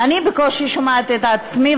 אני בקושי שומעת את עצמי,